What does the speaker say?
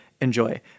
enjoy